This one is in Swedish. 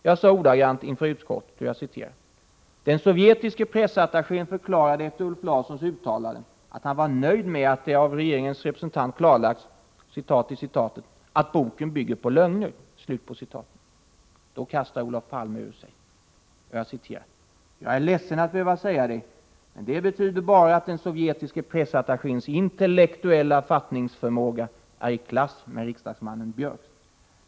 Jag sade ordagrant inför utskottet: ”Den sovjetiske pressattachén förklarade efter Ulf Larssons uttalande att han var nöjd med att det av regeringens representant klarlagts att "boken bygger på lögner.” Då kastar Olof Palme ur sig: ”Jag är ledsen att behöva säga det, men det betyder bara att den sovjetiske pressattachéns intellektuella fattningsförmåga är i klass med riksdagsmannen Björcks.